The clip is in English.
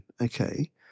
Okay